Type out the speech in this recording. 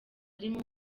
arimo